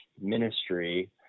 ministry